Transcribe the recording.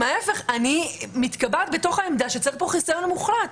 אני מתקבעת בעמדה שצריך פה חיסיון מוחלט.